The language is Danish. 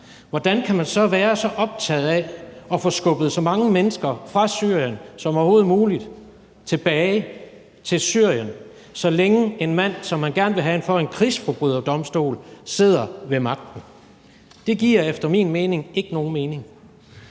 Hvordan kan man så være så optaget af at få skubbet så mange mennesker fra Syrien som overhovedet muligt tilbage til Syrien, så længe en mand, som man gerne vil have for en krigsforbryderdomstol, sidder ved magten? Det giver efter min mening ikke nogen mening.